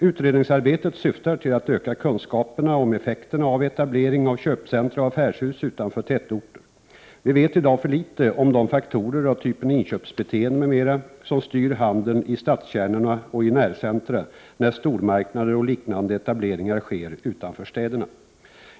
Utredningsarbetet syftar till att öka kunskaperna om effekterna av etablering av köpcentra och affärshus utanför tätorter. Vi vet i dag för litet om de faktorer, av typen inköpsbeteende m.m., som styr handeln istadskärnorna och i närcentra, när stormarknader och liknande etableringar sker utanför städerna.